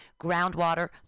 groundwater